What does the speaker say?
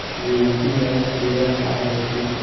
UPI सेवा का होथे?